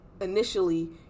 initially